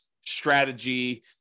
strategy